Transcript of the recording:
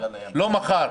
לא מחר,